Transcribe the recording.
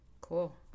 Cool